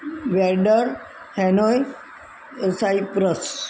weather Hanoi cyprus